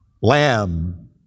Lamb